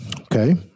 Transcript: Okay